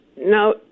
Now